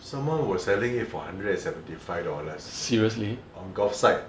someone was selling it for hundred and seventy five dollars on golf site